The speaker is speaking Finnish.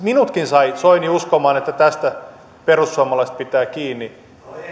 minutkin sai soini uskomaan että tästä perussuomalaiset pitävät kiinni